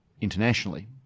internationally